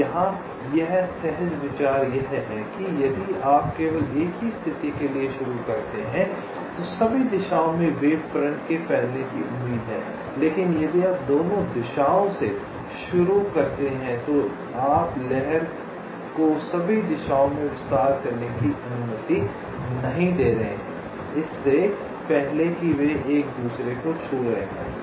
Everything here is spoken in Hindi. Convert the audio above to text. तो यहाँ सहज विचार यह है कि यदि आप केवल एक ही स्थिति के लिए शुरू करते हैं तो सभी दिशाओं में वेव फ्रंट के फैलने की उम्मीद है लेकिन यदि आप दोनों दिशाओं से शुरू करते हैं तो आप लहर को सभी दिशाओं में विस्तार करने की अनुमति नहीं दे रहे हैं इससे पहले कि वे एक दूसरे को छू रहे हों